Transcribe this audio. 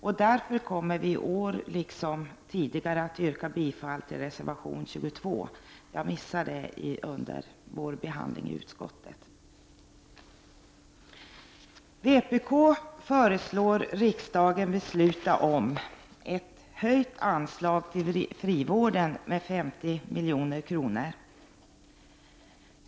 Vi kommer därför, i år liksom tidigare, att yrka bifall till reservation 22, vilket jag missade vid utskottets behandling av ärendet.